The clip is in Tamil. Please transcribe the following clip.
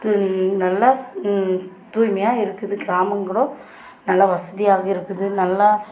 நல்லா தூய்மையாக இருக்குது கிராமம் கூட நல்லா வசதியாக இருக்குது நல்லா